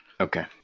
Okay